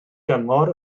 gyngor